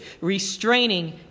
restraining